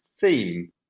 theme